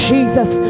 Jesus